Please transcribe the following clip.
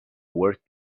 work